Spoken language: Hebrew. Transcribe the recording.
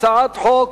הצעת חוק